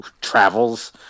travels